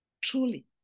truly